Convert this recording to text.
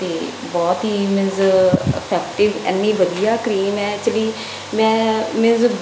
ਅਤੇ ਬਹੁਤ ਹੀ ਮੀਨਜ਼ ਇਫੈਕਟਿਵ ਇੰਨੀ ਵਧੀਆ ਕਰੀਮ ਹੈ ਐਕਚੁਲੀ ਮੈਂ ਮੀਨਜ਼